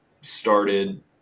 started